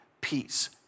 peace